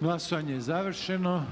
Glasovanje je završeno.